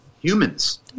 humans